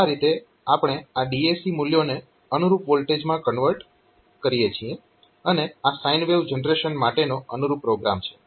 તો આ રીતે આપણે આ DAC મૂલ્યોને અનુરૂપ વોલ્ટેજમાં કન્વર્ટ કરી શકીએ છીએ અને આ સાઈન વેવ જનરેશન માટેનો અનુરૂપ પ્રોગ્રામ છે